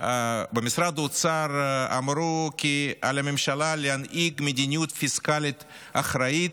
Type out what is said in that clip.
במשרד האוצר אמרו כי על הממשלה להנהיג מדיניות פיסקלית אחראית,